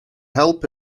help